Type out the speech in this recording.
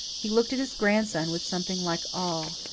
he looked at his grandson with something like awe.